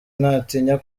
ntatinya